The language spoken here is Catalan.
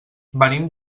venim